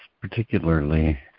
particularly